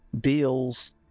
bills